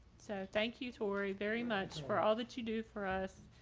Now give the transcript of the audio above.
so thank you, tori very much for all that you do for us.